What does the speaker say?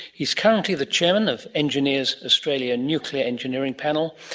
he is currently the chairman of engineers australia nuclear engineering panel,